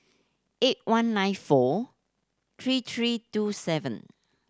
eight one nine four three three two seven